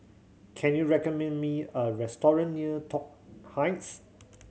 can you recommend me a restaurant near Toh Heights